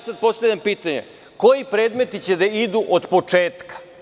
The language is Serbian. Sada postavljam pitanje – koji predmeti će da idu od početka?